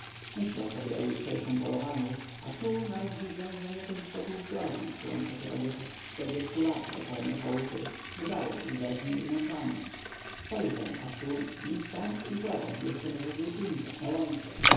myślę sobie o jutrzejszem polowaniu a tu naraz widzę żem jakoś zboczył z drogi którą przecie od jakich czterdziestu lat wracałem do chałupy bywało i we dnie i nocami spojrzę aż tu ni ztąd ni zowąd jestem w wiklinkach na łące